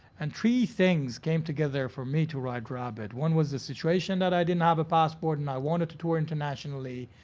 and three things came together for me to write rabbit. one was the situation that i didn't have a passport and i wanted to tour internationally.